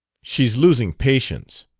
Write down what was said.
she's losing patience.